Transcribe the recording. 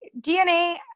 DNA